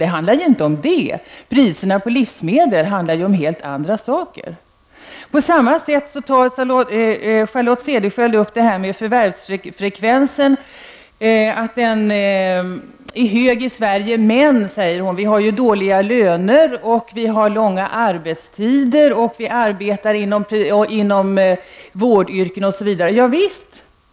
Det handlar inte om detta utan det är fråga om hela andra saker när det gäller priserna på livsmedel. Charlotte Cederschiöld tar på samma sätt upp att förvärvsfrekvensen är hög i Sverige. Men, säger hon, vi kvinnor har dåliga löner och långa arbetstider och arbetar inom vårdyrken osv. Javisst.